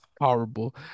Horrible